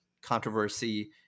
controversy